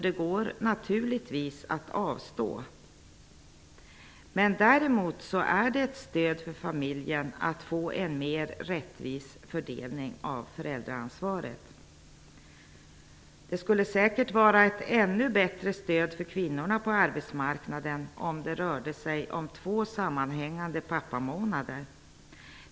Det går naturligtvis att avstå. Men däremot är detta ett stöd för familjen att få en mer rättvis fördelning av föräldraansvaret. Det skulle säkert vara ett ännu bättre stöd för kvinnorna på arbetsmarknaden om det skulle röra sig om två sammanhängande pappamånader.